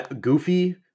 Goofy